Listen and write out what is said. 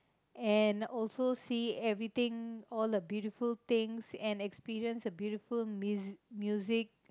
and also see everything all the beautiful things and experience the beautiful miz~ music